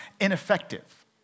ineffective